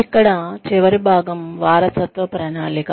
ఇక్కడ చివరి భాగం వారసత్వ ప్రణాళిక